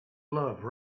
love